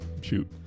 Shoot